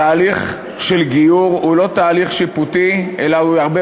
התהליך של גיור הוא לא תהליך שיפוטי אלא הוא הרבה